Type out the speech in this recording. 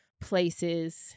places